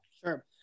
sure